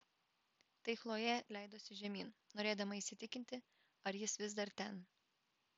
tai chlojė leidosi žemyn norėdama įsitikinti ar jis vis dar ten